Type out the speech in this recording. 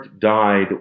died